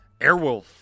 Airwolf